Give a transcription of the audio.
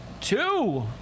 Two